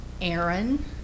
Aaron